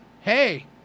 Hey